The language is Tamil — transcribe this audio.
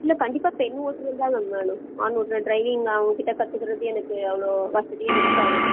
இல்லை கண்டிப்பாக பெண் ஓட்டுநர்தான் மேம் வேணும் ஆண் ஓட்டுநர் ட்ரைவிங் அவங்ககிட்ட கற்றுக்கறது எனக்கு அவ்வளோ வசதியாக இருக்காது